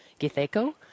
Githeko